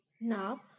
Now